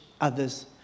others